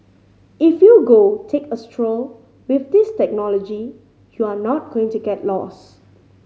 if you go take a stroll with this technology you're not going to get lost